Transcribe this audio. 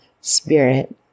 spirit